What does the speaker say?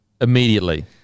Immediately